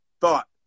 thought